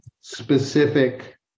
specific